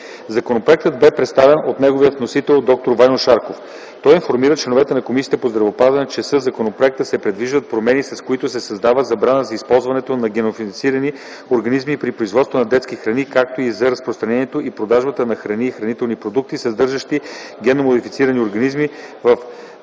Законопроектът бе представен от неговия вносител д-р Ваньо Шарков. Той информира членовете на Комисията по здравеопазването, че със законопроекта се предвиждат промени, с които се създава забрана за използването на генно модифицирани организми при производството на детски храни, както и за разпространението и продажбата на храни и хранителни продукти, съдържащи генно модифицирани организми в